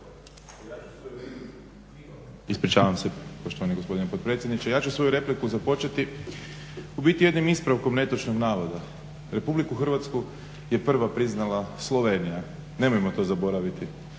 Ispričavam se poštovani gospodine potpredsjedniče. Ja ću svoju repliku započeti u biti jednim ispravkom netočnog navoda. Republiku Hrvatsku je prva priznala Slovenija, nemojmo to zaboraviti.